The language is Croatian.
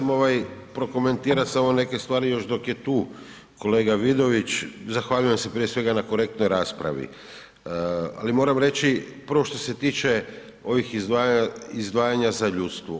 Ma htio sam prokomentirati samo neke stvari još dok je tu kolega Vidović, zahvaljujem se prije svega na korektnoj raspravi, ali moram reći prvo što se tiče ovih izdvajanja za ljudstvo.